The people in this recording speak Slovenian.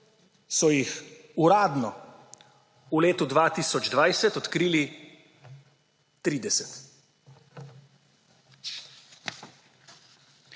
so jih uradno v letu 2020 odkrili 30.